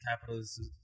capitalism